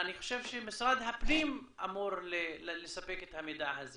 אני חושב שמשרד הפנים אמור לספק את המידע הזה